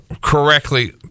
correctly